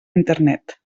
internet